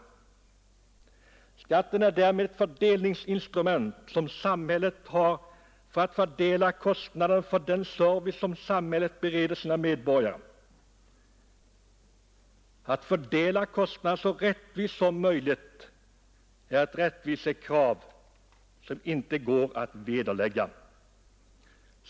Beskattningen är det fördelningsinstrument som samhället har för att fördela kostnaderna för den service som samhället ger sina medborgare. Att fördela kostnaderna så jämnt som möjligt är ett rättvisekrav, det påståendet går inte att vederlägga.